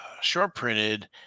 short-printed